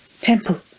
Temple